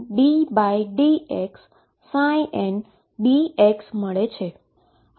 તેથી આપણને middx ndx મળે છે